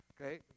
Okay